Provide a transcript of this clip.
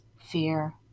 fear